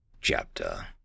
chapter